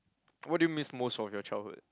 what do you miss most from your childhood